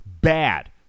bad